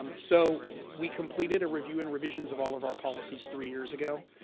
um so we completed a review and revisions of all of our policies three years ago.